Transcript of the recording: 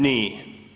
Nije.